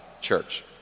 church